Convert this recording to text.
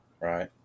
Right